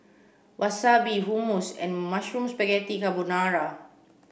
Wasabi Hummus and Mushroom Spaghetti Carbonara